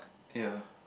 ya